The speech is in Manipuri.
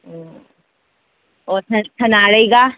ꯎꯝ ꯑꯣ ꯁꯅꯥꯔꯩꯒ